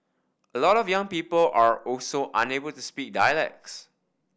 a lot of young people are also unable to speak dialects